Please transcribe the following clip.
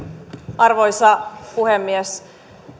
arvoisa puhemies